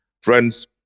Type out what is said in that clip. Friends